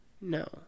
No